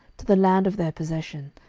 to the land of their possession,